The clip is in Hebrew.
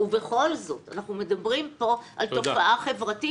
ובכל זאת אנחנו מדברים פה על תופעה חברתית